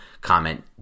comment